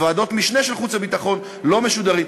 וועדות משנה של ועדת חוץ וביטחון לא משודרות,